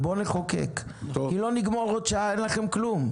בואו נחוקק, אם לא נגמור עוד שעה, אין לכם כלום.